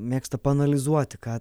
mėgsta paanalizuoti ką